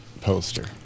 poster